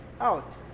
Out